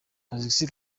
alexis